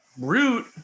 root